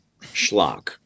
schlock